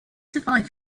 survive